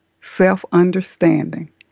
self-understanding